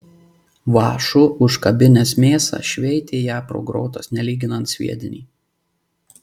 vąšu užkabinęs mėsą šveitė ją pro grotas nelyginant sviedinį